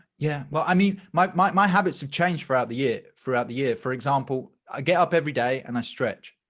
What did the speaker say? yeah, well, i mean, my my habits have changed throughout the year, throughout the year, for example, i get up every day and i stretch